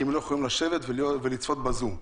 כי הם לא יכולים לשבת ולצפות בזום.